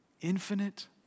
infinite